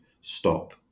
stop